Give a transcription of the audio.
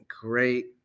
great